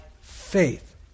faith